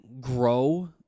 grow